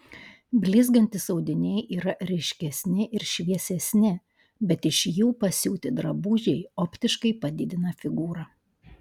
blizgantys audiniai yra ryškesni ir šviesesni bet iš jų pasiūti drabužiai optiškai padidina figūrą